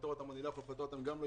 לפטר אותם אני לא יכול כי הם לא יקבלו.